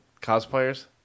cosplayers